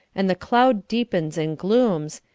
and the cloud deepens and glooms,